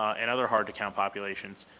and other hard to count populations,